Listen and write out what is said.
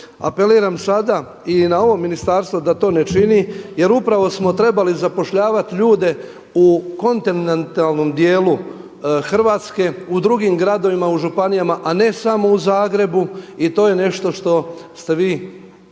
Apeliram sada i na ovo ministarstvo da to ne čini jer upravo smo trebali zapošljavati ljude u kontinentalnom dijelu Hrvatske u drugim gradovima, u županijama a ne samo u Zagrebu. I to je nešto što ste vi